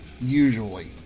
usually